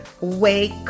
Wake